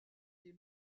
les